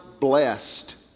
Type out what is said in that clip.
blessed